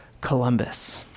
Columbus